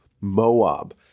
Moab